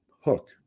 hook